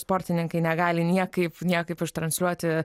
sportininkai negali niekaip niekaip ištransliuoti